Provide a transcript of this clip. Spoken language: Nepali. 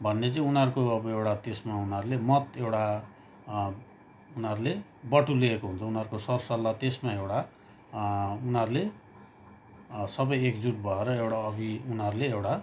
भन्ने चाहिँ उनीहरूको अब एउटा त्यसमा उनीहरूले मत एउटा उनीहरूले बटुलेको हुन्छ उनीहरूको सरसल्लाह त्यसमा एउटा उनीहरूले सबै एकजुट भएर एउटा अघि उनीहरूले एउटा